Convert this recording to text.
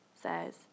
says